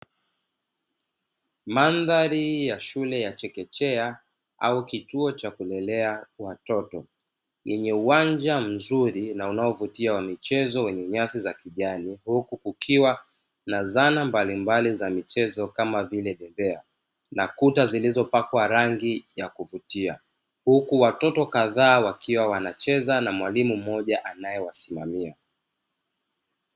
Mandhari ya shule ya chekechea au, cha kulelea watoto yenye uwanja mzuri na unaovutia wa michezo wenye nyasi za kijani huku kukiwa na zana kutia huku watoto kadhaa wakiwa wanacheza na mwalimu anayewasimamia.